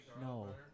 No